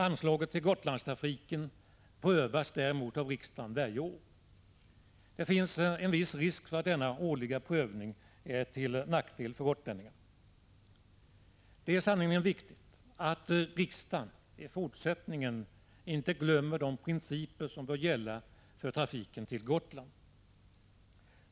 Anslaget till Gotlandstrafiken prövas däremot av riksdagen varje år. Det finns en viss risk för att denna årliga prövning är till nackdel för gotlänningarna. Det är sannerligen viktigt att riksdagen i fortsättningen inte glömmer de principer som bör gälla för trafiken till Gotland.